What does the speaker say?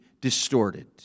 distorted